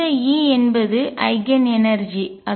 இந்த E என்பது ஐகன்எனர்ஜிஆற்றல்